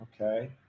Okay